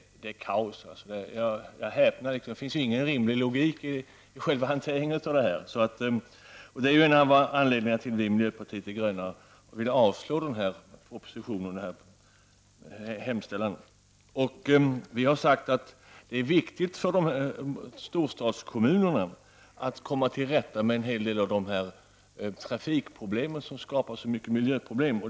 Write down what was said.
Det är alltså kaos, och jag häpnar. Det finns ingen rimlig logik i själva hanteringen av detta. Det är en av anledningarna till att vi i miljöpartiet de gröna vill att hemställan i detta betänkande skall avslås. Vi har sagt att det är viktigt för storstadskommunerna att de kommer till rätta med en hel del av de trafikproblem som skapar så många miljöproblem.